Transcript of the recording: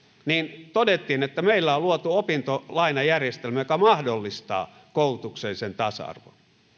todettiin että meillä on luotu opintolainajärjestelmä joka mahdollistaa koulutuksellisen tasa arvon